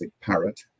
parrot